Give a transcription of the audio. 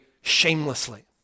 shamelessly